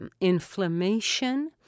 inflammation